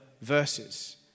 verses